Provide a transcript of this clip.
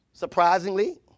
Surprisingly